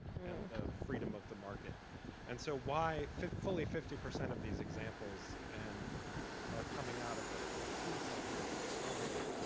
and the freedom of the market and so why fully fifty percent of these examples and are coming out of ah a key sector of the economy.